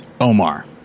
omar